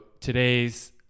today's